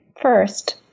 First